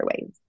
ways